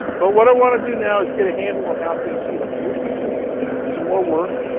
but what i want to do now is get a handle on how things heat up. so let's do so um so more work.